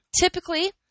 Typically